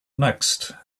next